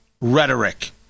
rhetoric